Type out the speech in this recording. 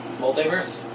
multiverse